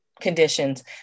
conditions